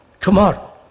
tomorrow